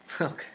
Okay